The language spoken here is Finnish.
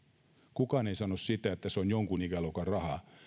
kukaan ei sano sitä että se on jonkun ikäluokan rahaa